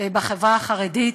בחברה החרדית.